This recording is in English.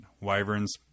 Wyverns